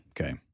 okay